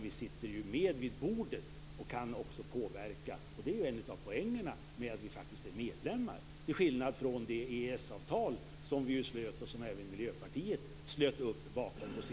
Vi sitter med vid bordet och kan påverka, och det är en av poängerna med att vi är medlemmar, till skillnad från vad som gällde i det EES-avtal som vi slöt och som på sin tid även Miljöpartiet ställde sig bakom.